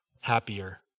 happier